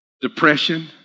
depression